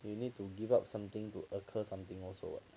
you need to give up something to occur something also [what]